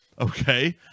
okay